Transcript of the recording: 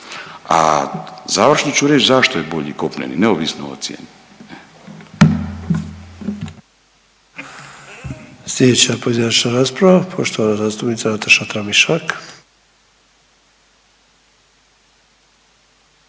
A završno ću reći zašto je bolji kopneni neovisno o cijeni.